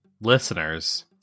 listeners